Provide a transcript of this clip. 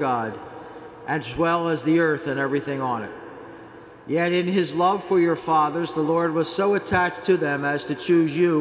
god as well as the earth and everything on it yet in his love for your fathers the lord was so attached to them as to choose you